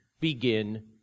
begin